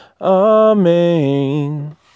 Amen